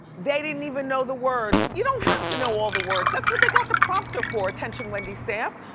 they didn't even know the words. you don't have to know all the words, that's what they got the prompter for, attention, wendy staff.